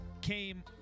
came